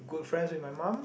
good friends with my mum